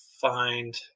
find